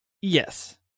Yes